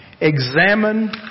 Examine